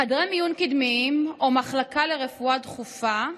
חדרי מיון קדמיים, או מחלקה לרפואה דחופה,